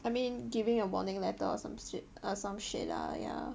I mean give him a warning letter or some shit like ya